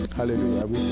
Hallelujah